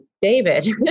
David